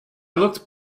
looked